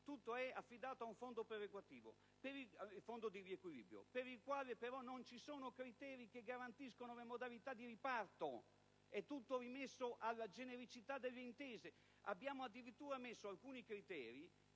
tutto è affidato a un fondo di riequilibrio per il quale - però - non ci sono criteri che garantiscono le modalità di riparto: è tutto rimesso alla genericità delle intese. Avete addirittura previsto alcuni criteri